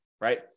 right